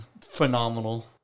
phenomenal